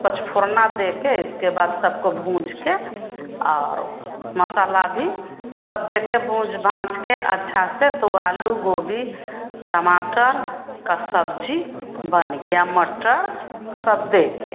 पचफोरना देकर इसके बाद सबको भूँजकर और मसाला भी सब देकर भूँज भाँजकर अच्छा से तो आलू गोभी टमाटर की सब्ज़ी बन गई मटर सब देकर